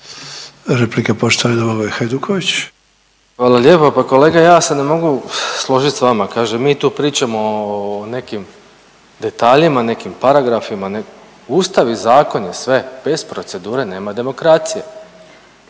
Domagoj (Nezavisni)** Hvala lijepa. Pa kolega ja se ne mogu složit s vama. Kaže mi tu pričamo o nekim detaljima, nekim paragrafima, Ustav i zakon je sve. Bez procedure nema demokracije.